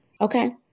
Okay